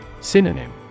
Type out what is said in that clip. Synonym